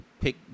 pick